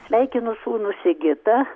sveikinu sūnų sigitą